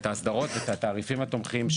את האסדרות ואת התעריפים התומכים,